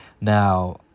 Now